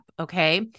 Okay